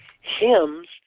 hymns